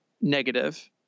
negative